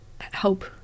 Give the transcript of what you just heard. help